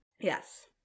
Yes